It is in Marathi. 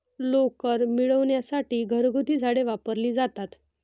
लोकर मिळविण्यासाठी घरगुती झाडे वापरली जातात